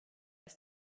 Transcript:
als